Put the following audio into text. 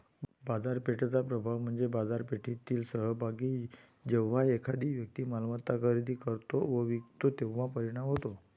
बाजारपेठेचा प्रभाव म्हणजे बाजारपेठेतील सहभागी जेव्हा एखादी मालमत्ता खरेदी करतो व विकतो तेव्हा परिणाम होतो